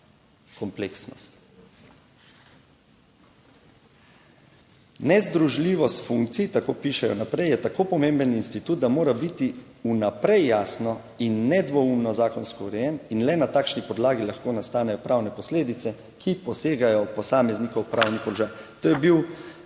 kompleksnost. Nezdružljivost funkcij, tako pišejo naprej, je tako pomemben institut, da mora biti vnaprej jasno in nedvoumno zakonsko urejen in le na takšni podlagi lahko nastanejo pravne posledice, ki posegajo v posameznikov pravni položaj. To je bilo